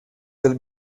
del